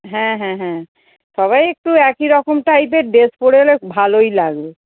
হ্যাঁ হ্যাঁ হ্যাঁ সবাই একটু একই রকম টাইপের ড্রেস পরে এলে ভালোই লাগবে